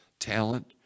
talent